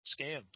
scam